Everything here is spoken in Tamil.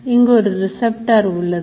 இங்கு ஒரு Receptor உள்ளது